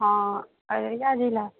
हँ अररिया जिला